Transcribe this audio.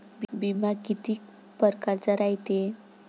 बिमा कितीक परकारचा रायते?